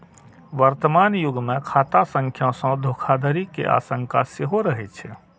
वर्तमान युग मे खाता संख्या सं धोखाधड़ी के आशंका सेहो रहै छै